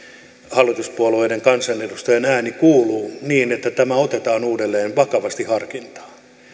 hallituspuolueiden kansanedustajien ääni kuuluu niin että tämä otetaan uudelleen vakavasti harkintaan